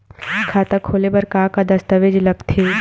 खाता खोले बर का का दस्तावेज लगथे?